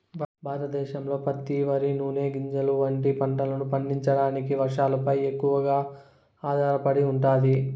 భారతదేశంలో పత్తి, వరి, నూనె గింజలు వంటి పంటలను పండించడానికి వర్షాలపై ఎక్కువగా ఆధారపడి ఉంటాది